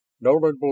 Nolan